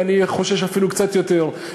ואני חושש שאפילו קצת יותר.